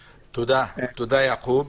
יעקוב,